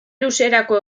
luzerako